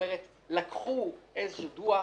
לקחו איזשהו דוח,